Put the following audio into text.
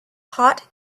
hot